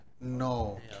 No